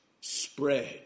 spread